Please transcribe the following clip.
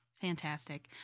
fantastic